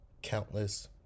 Countless